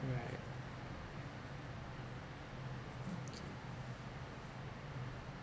right